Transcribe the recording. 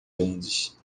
grandes